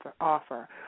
offer